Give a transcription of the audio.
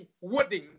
wording